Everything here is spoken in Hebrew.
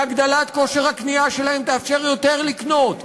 והגדלת כושר הקנייה שלהם תאפשר לקנות יותר,